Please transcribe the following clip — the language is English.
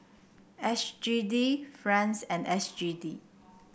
S G D franc and S G D